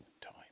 Time